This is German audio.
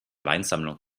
weinsammlung